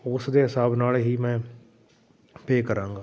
ਉਸ ਦੇ ਹਿਸਾਬ ਨਾਲ ਹੀ ਮੈਂ ਪੇ ਕਰਾਂਗਾ